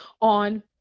on